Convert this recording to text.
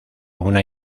una